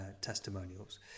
testimonials